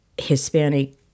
Hispanic